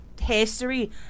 history